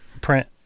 print